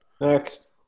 Next